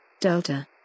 Delta